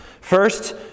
First